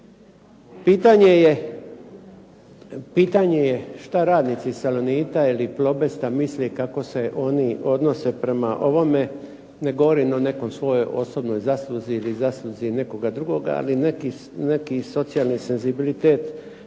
Pitanje je šta radnici "Salonita " ili "Plobesta" misle kako se oni odnose prema ovome, ne govorim o nekoj svojoj osobnoj zasluzi ili zasluzi nekoga drugoga, ali neki socijalni senzibilitet